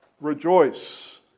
rejoice